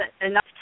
enough